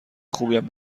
خوبیم